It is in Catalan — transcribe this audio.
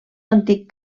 antic